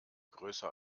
größer